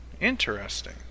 Interesting